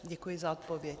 Děkuji za odpověď.